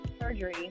surgery